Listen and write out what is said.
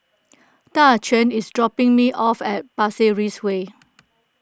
Daquan is dropping me off at Pasir Ris Way